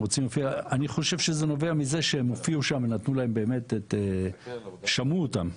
אני חושב שזה נובע מזה שהם הופיעו שם ושמעו אותם.